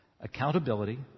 Accountability